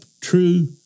true